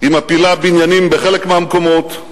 היא מפילה בניינים בחלק מהמקומות,